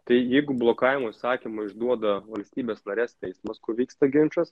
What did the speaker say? tai jeigu blokavimo įsakymą išduoda valstybės narės teismas kur vyksta ginčas